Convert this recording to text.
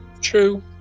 True